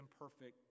imperfect